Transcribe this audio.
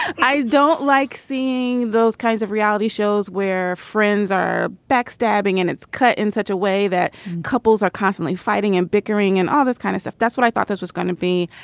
don't like seeing those kinds of reality shows where friends are backstabbing and it's cut in such a way that couples are constantly fighting and bickering and all this kind of stuff that's what i thought this was going to be.